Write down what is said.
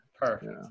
Perfect